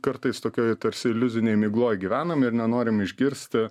kartais tokioj tarsi iliuzinėj migloj gyvenam ir nenorim išgirsti